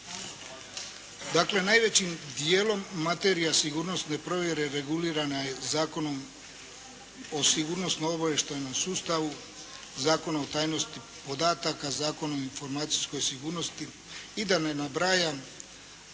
Dakle, najvećim dijelom materija sigurnosne provjere regulirana je Zakonom o sigurnosno obavještajnom sustavu, Zakona o tajnosti podataka, Zakona o informacijskoj sigurnosti i da ne nabrajam